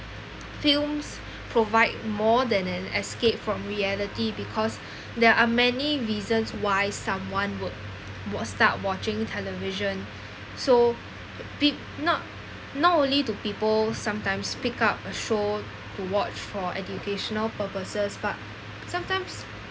films provide more than an escape from reality because there are many reasons why someone would would start watching television so be~ not not only to people sometimes pick up a show to watch for educational purposes but sometimes